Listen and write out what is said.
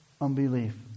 unbelief